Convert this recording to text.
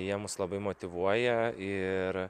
jie mus labai motyvuoja ir